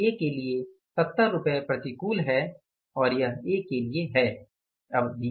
यह ए के लिए 70 रुपये प्रतिकूल है और यह ए के लिए है